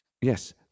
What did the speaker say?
Yes